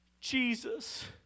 Jesus